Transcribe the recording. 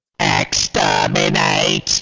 Exterminate